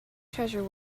treasure